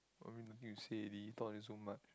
I mean nothing to say already talk until so much